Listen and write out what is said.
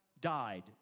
died